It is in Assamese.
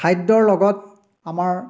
খাদ্যৰ লগত আমাৰ